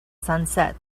sunset